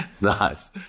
Nice